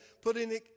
putting